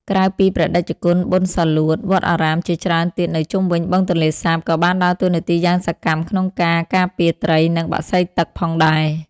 ក្រៅពីព្រះតេជគុណប៊ុន សាលួត វត្តអារាមជាច្រើនទៀតនៅជុំវិញ បឹងទន្លេសាប ក៏បានដើរតួនាទីយ៉ាងសកម្មក្នុងការ ការពារត្រី និងបក្សីទឹក ផងដែរ។